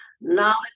Knowledge